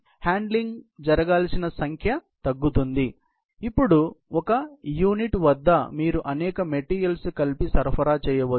కాబట్టి హ్యాండ్లింగ్ జరగాల్సిన సంఖ్య తగ్గుతుంది ఎందుకంటే ఇప్పుడు ఒక యూనిట్ వద్ద మీరు అనేక మెటీరియల్ కలిపి సరఫరా చేయవచ్చు